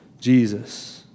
Jesus